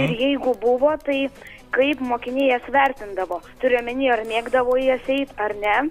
jeigu buvo taip kaip mokiniai jas vertindavo turiu omeny ar mėgdavo į jas eit ar ne